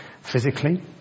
Physically